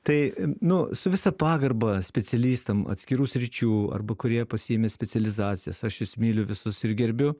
tai nu su visa pagarba specialistam atskirų sričių arba kurie pasiėmė specializacijas aš jus myliu visus ir gerbiu